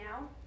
now